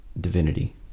divinity